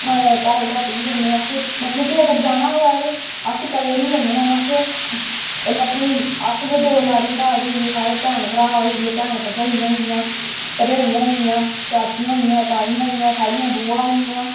भैरो घाटी बी जन्ने अस मतलब कि अगर जाना होऐ अस कल्ले निं जन्ने हैन अस ते दो लाड़ी मराह्ज होई गे साढ़े भैन भ्राऽ होई गे भैन भरजाइयां होई गेइयां भरजाइयां होई गेइयां चाचियां होई गेइयां ताइयां होई गेइयां साढ़ियां बुआं होई गेइयां